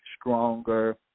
stronger